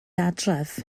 adref